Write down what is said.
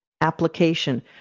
application